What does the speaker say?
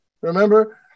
Remember